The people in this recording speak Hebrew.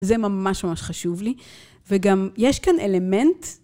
זה ממש ממש חשוב לי, וגם יש כאן אלמנט...